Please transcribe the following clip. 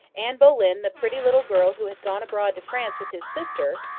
anne boleyn, the pretty little girl who had gone abroad to france with his sister,